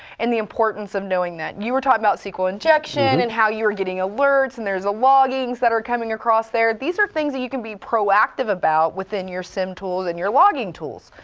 and the importance of knowing that. you were talking about sql injection and how you were getting alerts, and there's loggings that are coming across there. these are things that you can be proactive about within your siem tools and your logging tools.